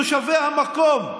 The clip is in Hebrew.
תושבי המקום,